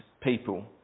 people